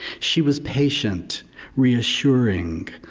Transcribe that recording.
she was patient, reassuring,